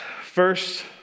First